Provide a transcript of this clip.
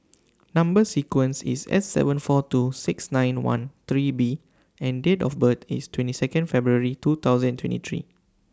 Number sequence IS S seven four two six nine one three B and Date of birth IS twenty Second February two thousand twenty three